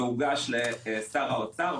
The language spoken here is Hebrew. והוגש לשר האוצר.